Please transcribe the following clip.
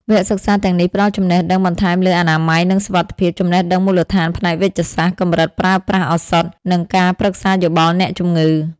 វគ្គសិក្សាទាំងនេះផ្ដល់ចំណេះដឹងបន្ថែមលើ អនាម័យ និងសុវត្ថិភាព ចំណេះដឹងមូលដ្ឋានផ្នែកវេជ្ជសាស្ត្រ កម្រិតប្រើប្រាស់ឱសថ និងការប្រឹក្សាយោបល់អ្នកជំងឺ។